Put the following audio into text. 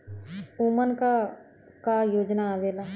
उमन का का योजना आवेला?